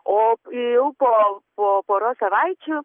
o jau po poros savaičių